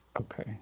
Okay